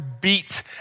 beat